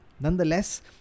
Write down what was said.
Nonetheless